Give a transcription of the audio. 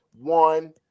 one